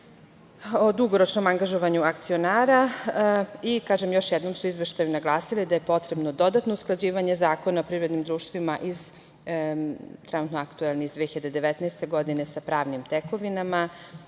o dugoročnom angažovanju samih akcionara. Kažem još jednom, u izveštaju su naglasili da je potrebno dodatno usklađivanje Zakona o privrednim društvima iz trenutno aktuelnog iz 2019. godine sa pravnim tekovinama,